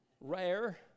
Rare